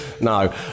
no